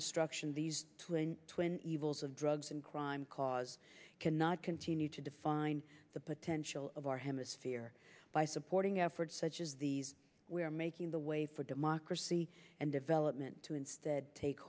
the struction these twin twin evils of drugs and crime cause cannot continue to define the potential of our hemisphere by supporting efforts such as these we are making the way for democracy and development to instead take